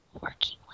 working